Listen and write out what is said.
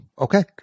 okay